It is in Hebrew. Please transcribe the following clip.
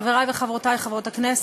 חברי וחברותי חברי הכנסת,